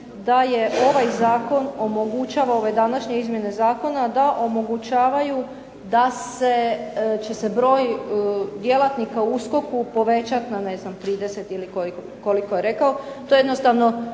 da je ovaj zakon omogućava, ove današnje izmjene zakona da omogućavaju da će se broj djelatnika u USKOK-u povećati na ne znam 30 ili koliko je rekao.